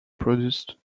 produced